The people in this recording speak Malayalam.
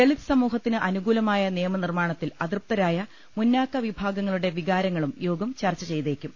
ദളിത് സമൂഹത്തിന് അനുകൂലമായ നിയമ നിർമ്മാണത്തിൽ അതൃപ്തരായ മുന്നാക്ക വിഭാഗങ്ങളുടെ വികാ രങ്ങളും യോഗം ചർച്ച ചെയ്തേക്കും